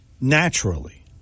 naturally